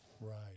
Right